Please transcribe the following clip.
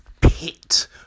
pit